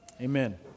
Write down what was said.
Amen